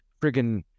friggin